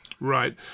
Right